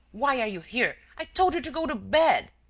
why are you here? i told you to go to bed.